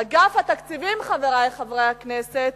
אגף התקציבים, חברי חברי הכנסת,